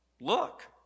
look